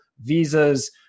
visas